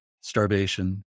starvation